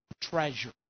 treasure